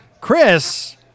Chris